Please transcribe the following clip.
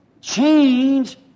change